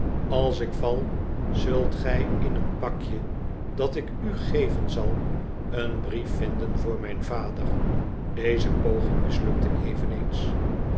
als ik val zult gij in een pakje dat ik u geven zal een brief vinden voor mijn vader deze poging mislukte eveneens